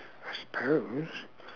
I suppose